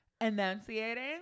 Enunciating